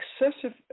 Excessive